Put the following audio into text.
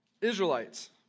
Israelites